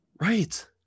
Right